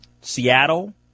Seattle